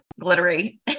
glittery